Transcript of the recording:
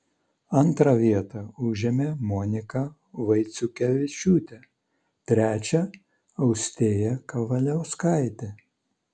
antrą vietą užėmė monika vaiciukevičiūtė trečią austėja kavaliauskaitė